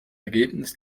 ergebnis